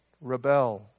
rebel